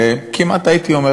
כמעט הייתי אומר,